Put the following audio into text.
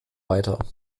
weiter